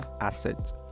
assets